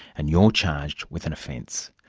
and you're charged with an offense.